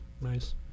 Nice